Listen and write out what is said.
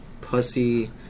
pussy